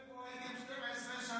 2057 ו-2065,